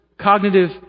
cognitive